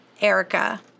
Erica